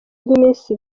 rw’iminsi